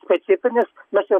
specifinis mes jau